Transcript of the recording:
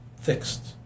fixed